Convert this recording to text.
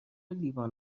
لیوان